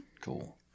Cool